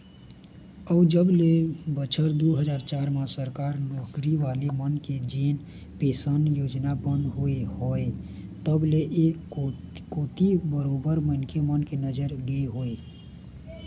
अउ जब ले बछर दू हजार चार म सरकारी नौकरी वाले मन के जेन पेंशन योजना बंद होय हवय तब ले ऐ कोती बरोबर मनखे मन के नजर गे हवय